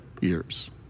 years